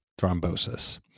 thrombosis